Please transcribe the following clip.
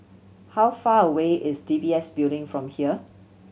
how far away is D B S Building from here